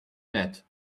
net